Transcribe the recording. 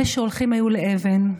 אלה שהולכים היו לאבן,